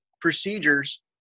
procedures